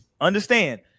Understand